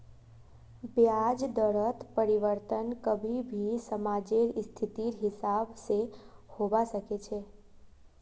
ब्याज दरत परिवर्तन कभी भी समाजेर स्थितिर हिसाब से होबा सके छे